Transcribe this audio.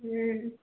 हुँ